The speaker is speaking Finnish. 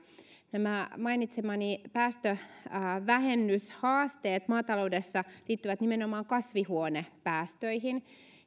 nämä mainitsemani päästövähennyshaasteet maataloudessa liittyvät nimenomaan kasvihuonepäästöihin